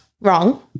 Wrong